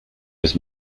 with